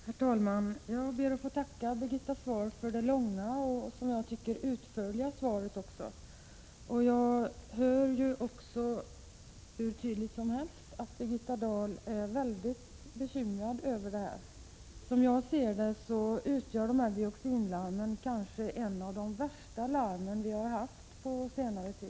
Herr talman! Jag ber att få tacka Birgitta Dahl för det långa och, som jag tycker, också utförliga svaret. Jag hör tydligt att Birgitta Dahl är mycket bekymrad över läget. Som jag ser det är de nya dioxinlarmen de värsta som förekommit på senare tid.